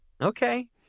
Okay